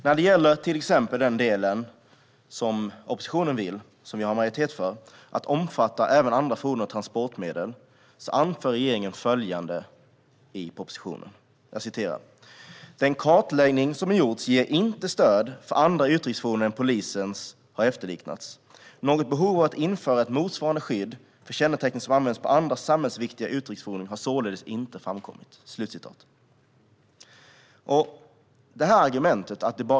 När det gäller delen om att omfatta även andra fordon och transportmedel - som oppositionen vill ändra, och som vi har majoritet för - anför regeringen följande i propositionen: "Den kartläggning som gjorts ger inte stöd för att andra utryckningsfordon än polisens har efterliknats. Något behov av att införa ett motsvarande skydd för kännetecken som används på andra samhällsviktiga utryckningsfordon har således inte framkommit."